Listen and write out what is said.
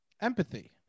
empathy